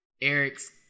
Eric's